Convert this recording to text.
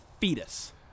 fetus